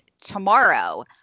tomorrow